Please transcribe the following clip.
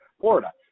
Florida